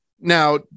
now